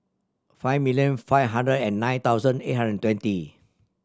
five million five hundred and nine thousand eight hundred thirty